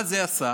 מה זה עשה?